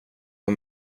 var